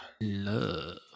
love